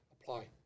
apply